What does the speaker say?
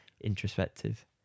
introspective